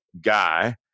guy